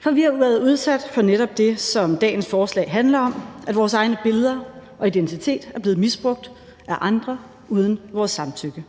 For vi har været udsat for netop det, som dagens forslag handler om, nemlig at vores egne billeder og identitet er blevet misbrugt af andre uden vores samtykke.